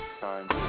time